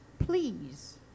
please